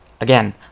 Again